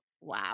Wow